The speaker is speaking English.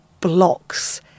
blocks